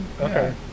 Okay